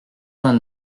vingt